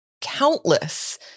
countless